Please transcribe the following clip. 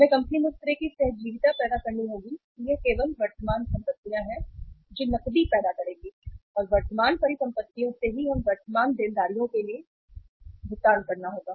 हमें कंपनी में उस तरह की सहजीविता पैदा करनी होगी कि यह केवल वर्तमान संपत्तियाँ हैं जो नकदी पैदा करेंगी और वर्तमान परिसंपत्तियों से ही हमें वर्तमान देनदारियों के लिए भुगतान करना होगा